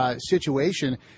situation